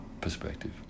perspective